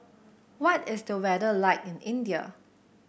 what is the weather like in India